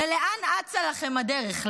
לאן אצה לכם הדרך?